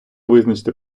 визначити